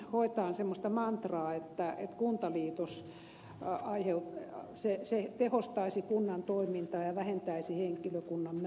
hoetaan semmoista mantraa että kuntaliitos tehostaisi kunnan toimintaa ja vähentäisi henkilökunnan määrää ja laihduttaisi hallintoa